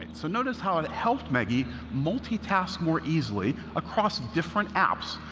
and so notice how it helped maggie multitask more easily across different apps,